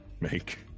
make